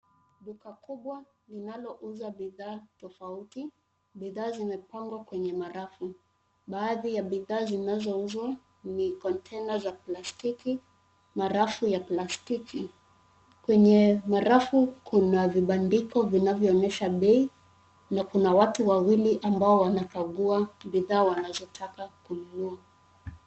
Duka kubwa linalo uza bidhaa tofauti, bidhaa zimepangwa kwenye marafu. Baadhi ya bidhaa zinazouzwa ni container za plastiki, marafu ya plastiki. Kwenye marafu kuna vibandiko vinavyo onyesha bei na kuna watu wawili ambao wanakagua bidhaa wanazotaka kununua.